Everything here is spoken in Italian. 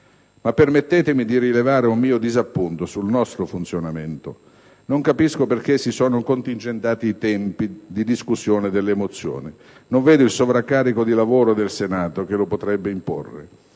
Ma permettetemi di rilevare un mio disappunto sul nostro funzionamento: non capisco perché si siano contingentati i tempi di discussione delle mozioni, non vedo un sovraccarico di lavoro del Senato che lo potrebbe imporre.